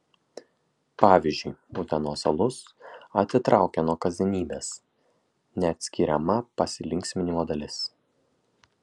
pavyzdžiui utenos alus atitraukia nuo kasdienybės neatskiriama pasilinksminimo dalis